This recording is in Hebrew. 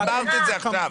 אמרת את זה עכשיו.